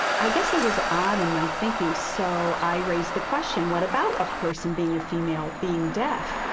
i guess it was odd in my thinking, so i raised the question, what about a person being a female being deaf?